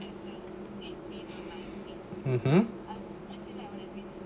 (uh huh)